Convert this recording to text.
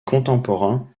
contemporains